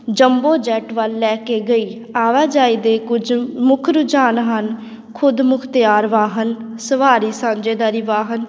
jumbo jet ਵੱਲ ਲੈ ਕੇ ਗਈ ਆਵਾਜਾਈ ਦੇ ਕੁਝ ਮੁੱਖ ਰੁਝਾਨ ਹਨ ਖੁਦ ਮੁਖਤਿਆਰ ਵਾਹਨ ਸਵਾਰੀ ਸਾਂਝੇਦਾਰੀ ਵਾਹਨ